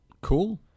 Cool